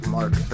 Mark